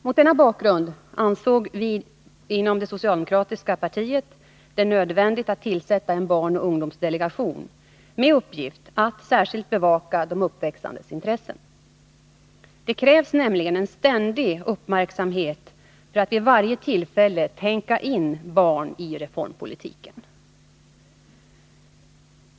Mot denna bakgrund ansåg vi inom det socialdemokratiska partiet att det var nödvändigt att tillsätta en barnoch ungdomsdelegation med uppgift att särskilt bevaka de uppväxandes intressen. Det krävs nämligen en ständig uppmärksamhet för att vid varje tillfälle ”tänka in” barnen i reformpolitiken.